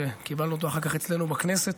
שקיבלנו אותו אחר כך אצלנו בכנסת.